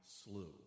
slew